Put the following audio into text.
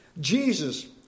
Jesus